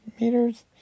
meters